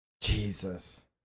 Jesus